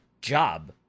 job